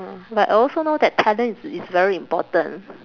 but I also know that talent is is very important